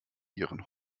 ihren